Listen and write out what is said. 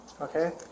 okay